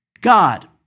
God